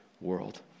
world